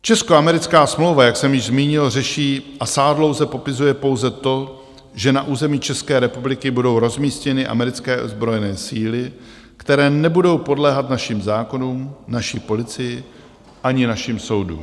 Českoamerická smlouva, jak jsem již zmínil, řeší a sáhodlouze popisuje pouze to, že na území České republiky budou rozmístěny americké ozbrojené síly, které nebudou podléhat našim zákonům, naší policii ani našim soudům.